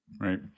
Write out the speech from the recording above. Right